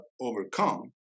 overcome